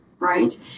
right